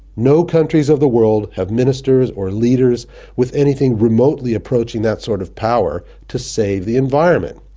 no countries of the world have ministers or leaders with anything remotely approaching that sort of power to save the environment.